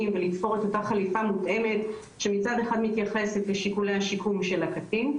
ולתפור את אותה חליפה מותאמת שמצד אחד מתייחסת לשיקולי השיקום של הקטין,